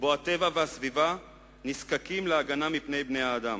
והטבע והסביבה נזקקים להגנה מפני בני-האדם,